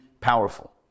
powerful